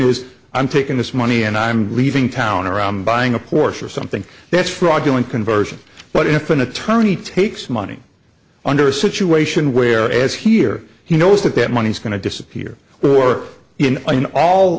is i'm taking this money and i'm leaving town around buying a porsche or something that's fraudulent conversion but if an attorney takes money under a situation where is here he knows that that money is going to disappear we work in all